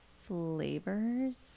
flavors